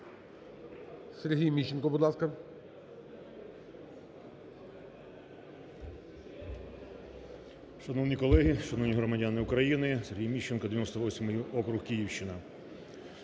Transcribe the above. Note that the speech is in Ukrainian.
Сергій Міщенко, будь ласка.